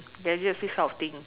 gadgets this type of thing